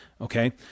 Okay